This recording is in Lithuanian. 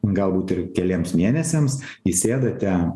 galbūt ir keliems mėnesiams įsėdate